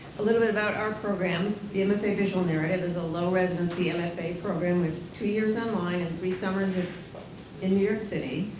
a little bit about our program, the mfa visual narrative is a low-residency mfa program with two years online and three summers in new york city,